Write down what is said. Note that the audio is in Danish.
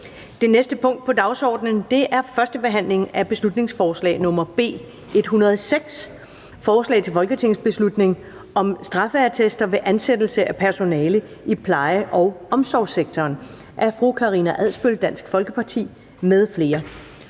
Det næste punkt på dagsordenen er: 3) 1. behandling af beslutningsforslag nr. B 106: Forslag til folketingsbeslutning om straffeattester ved ansættelse af personale i pleje- og omsorgssektoren. Af Karina Adsbøl (DF) m.fl.